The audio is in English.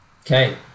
Okay